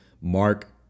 mark